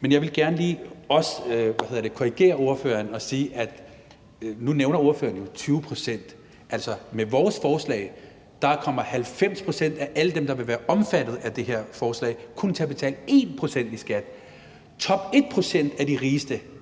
Men jeg vil gerne lige også korrigere ordføreren, når ordføreren nævner 20 pct. Altså, med vores forslag kommer 90 pct. af alle dem, der vil være omfattet af det her forslag, kun til at betale 1 pct. i skat. Den rigeste ene procent